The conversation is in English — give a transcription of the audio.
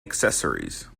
accessories